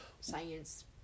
science